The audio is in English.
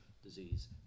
Disease